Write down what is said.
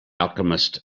alchemist